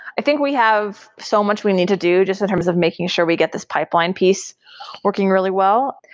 i think we have so much we need to do just in terms of making sure we get this pipeline piece working really well.